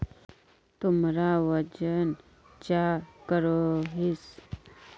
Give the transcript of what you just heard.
तुमरा वजन चाँ करोहिस?